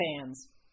fans